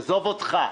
עזוב אותך.